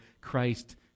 Christ